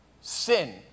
sin